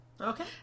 Okay